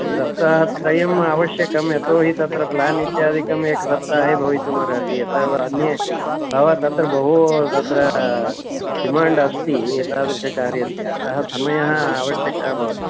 सप्ताहत्रयम् आवश्यकं यतोहि तत्र प्लान् इत्यादिकम् एकसप्ताहे भवितुम् अर्हति यतः वा अन्ये भवन्तु तत्र बहु तत्र डिमाण्ड् अस्ति एतादृशकार्यस्य अतः समयः आवश्यकः भवति